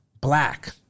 Black